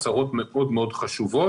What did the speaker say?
הצהרות הן מאוד מאוד חשובות,